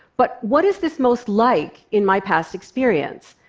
but what is this most like in my past experience?